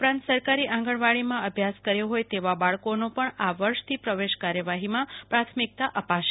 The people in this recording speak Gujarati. ઉપરાંત સરકારી અન્ગન્વાડીમાં અભ્યાસ કર્યો હોય તેવા બાળકોનો પણ આ વર્ષથી પ્રવેશ કાર્યવાહીમાં પ્રાથમિકતા અપાશે